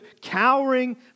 cowering